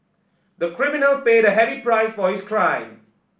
the criminal paid a heavy price for his crime